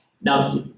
Now